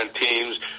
teams